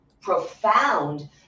profound